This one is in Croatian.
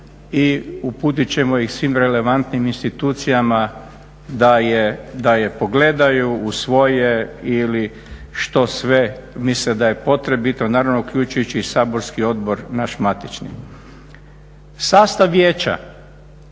i uputit ćemo ih svim relevantnim institucijama da je pogledaju, usvoje ili što sve misle da je potrebito, naravno uključujući i saborski odbor naš matični. Sastav vijeća,